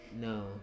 No